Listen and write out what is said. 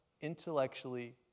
intellectually